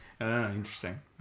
Interesting